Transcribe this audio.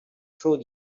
through